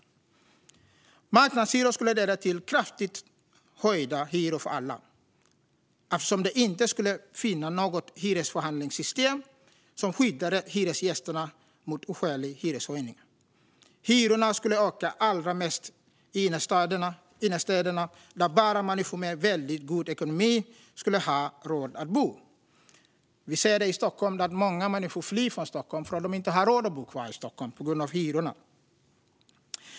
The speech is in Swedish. Marknadshyror skulle leda till kraftigt höjda hyror för alla, eftersom det inte skulle finnas något hyresförhandlingssystem som skyddar hyresgästerna mot oskäliga hyreshöjningar. Hyrorna skulle öka allra mest i innerstäderna där bara människor med väldigt god ekonomi skulle ha råd att bo. Vi ser det i Stockholm, och många människor flyr från Stockholm för att de inte har råd att bo kvar där på grund av hyrorna.